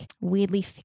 weirdly